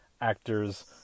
actors